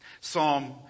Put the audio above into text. Psalm